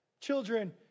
Children